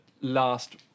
last